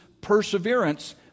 perseverance